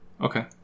Okay